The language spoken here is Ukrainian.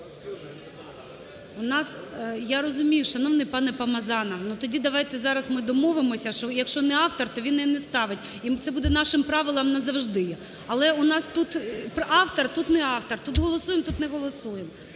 Я розумію, шановний пане Помазанов, ну тоді давайте зараз ми домовимося, що, якщо не автор, то він і не ставить. І це буде нашим правилом назавжди. Але у нас тут автор, тут не автор, тут голосуємо, тут не голосуємо.